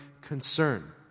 concern